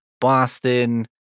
Boston